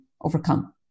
overcome